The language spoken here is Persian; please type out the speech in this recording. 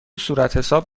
صورتحساب